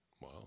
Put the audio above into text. Wow